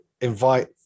invite